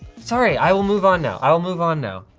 sorry, i will move on now. i will move on now.